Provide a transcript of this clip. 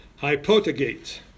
hypotagate